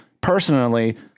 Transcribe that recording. personally